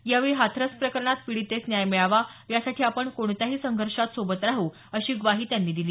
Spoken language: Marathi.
यावेळी हाथरस प्रकरणात पीडितेस न्याय मिळावा यासाठी आपण कोणत्याही संघर्षात सोबत राहू अशी ग्वाही त्यांनी यावेळी दिली